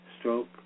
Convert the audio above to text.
Stroke